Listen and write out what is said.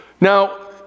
Now